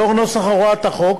לאור נוסח הוראת החוק,